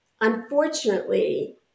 Unfortunately